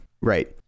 Right